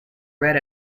red